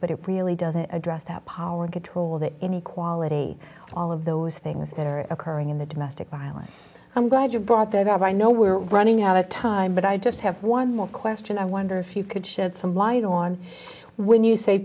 but it really doesn't address that power control that inequality all of those things that are occurring in the domestic violence i'm glad you brought that up i know we're running out of time but i just have one more question i wonder if you could shed some light on when you say